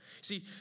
See